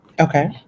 Okay